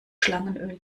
schlangenöl